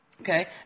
Okay